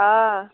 हँ